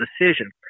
decision